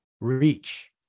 reach